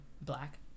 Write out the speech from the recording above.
black